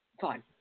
fine